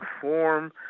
form